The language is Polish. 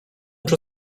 przy